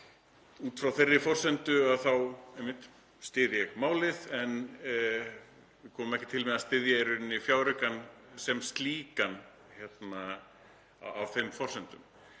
Út frá þeirri forsendu styð ég málið en við komum ekki til með að styðja fjáraukann sem slíkan á þeim forsendum.